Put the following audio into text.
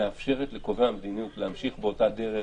מאפשרת לקובעי המדיניות להמשיך באותה דרך,